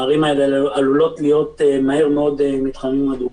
הערים האלה עלולות להיות מהר מאוד מתחמים אדומים.